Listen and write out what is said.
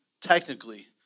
technically